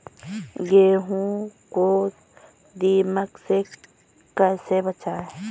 गेहूँ को दीमक से कैसे बचाएँ?